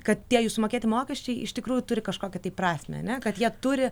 kad tie jų sumokėti mokesčiai iš tikrųjų turi kažkokią prasmę ane kad jie turi